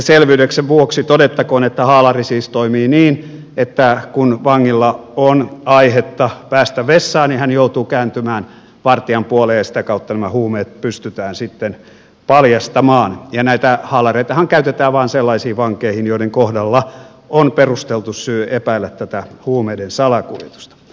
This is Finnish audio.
selvyyden vuoksi todettakoon että haalari siis toimii niin että kun vangilla on aihetta päästä vessaan hän joutuu kääntymään vartijan puoleen ja sitä kautta huumeet pystytään paljastamaan ja näitä haalareitahan käytetään vain sellaisiin vankeihin joiden kohdalla on perusteltu syy epäillä huumeiden salakuljetusta